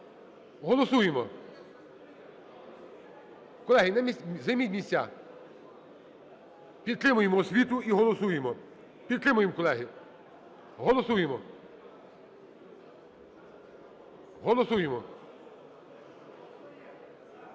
Голосуємо. Колеги, займіть місця. Підтримаймо освіту і голосуємо. Підтримаймо, колеги. Голосуємо. Голосуємо.